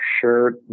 shirt